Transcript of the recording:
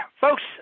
Folks